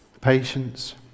patience